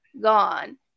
gone